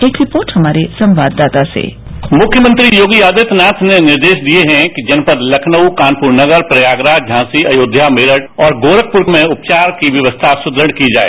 एक रिपोर्ट हमारे संवाददाता सेः मुख्यमंत्री योगी आदित्यनाथ ने निर्देश दिये हैं कि जनपद तखनऊ कानपुर नगर प्रयागराज झांसी अयोध्या मेरठ तथा गोरखपुर में रपचार की व्यवस्था सुदृद्व की जाए